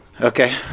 Okay